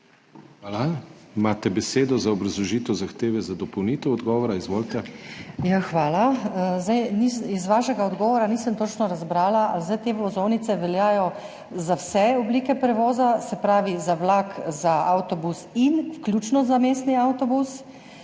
Hvala. Imate besedo za obrazložitev zahteve za dopolnitev odgovora. Izvolite. DR. TATJANA GREIF (PS Levica): Hvala. Iz vašega odgovora nisem točno razbrala, ali zdaj te vozovnice veljajo za vse oblike prevoza, se pravi za vlak, za avtobus in vključno za mestni avtobus.